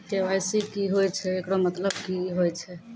KYC की होय छै, एकरो मतलब की होय छै?